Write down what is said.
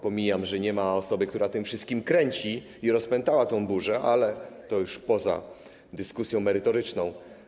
Pomijam fakt, że nie ma osoby, która tym wszystkim kręci i rozpętała tę burzę, ale to jest już poza dyskusją merytoryczną.